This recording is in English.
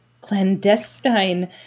clandestine